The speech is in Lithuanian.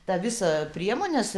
tą visą priemones